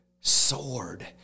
sword